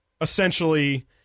essentially